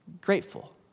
grateful